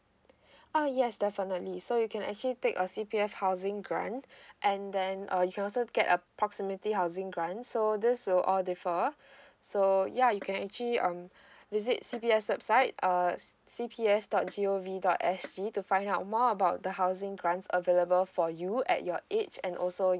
ah yes definitely so you can actually take a C P F housing grant and then uh you also get a proximity housing grant so this will all differ so ya you can actually um visit C P F website uh C P F dot G O V dot S G to find out more about the housing grant available for you at your age and also